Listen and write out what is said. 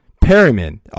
Perryman